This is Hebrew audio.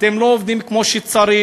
אתם לא עובדים כמו שצריך,